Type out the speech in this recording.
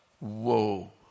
whoa